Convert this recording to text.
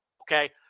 okay